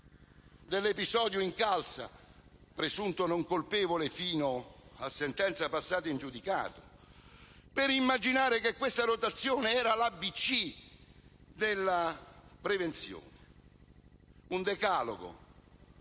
dell'episodio Incalza (presunto non colpevole fino a sentenza passata in giudicato) per immaginare che questa rotazione fosse l'ABC della prevenzione? Un decalogo